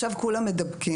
עכשיו כולם מדבקים,